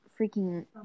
freaking